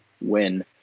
win